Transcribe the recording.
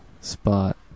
spot